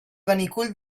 benicull